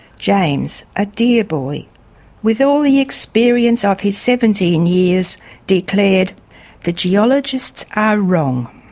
james, a dear boy with all the experience of his seventeen years declared the geologists are wrong.